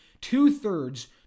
two-thirds